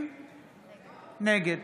נגד